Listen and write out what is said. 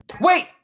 Wait